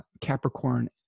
Capricorn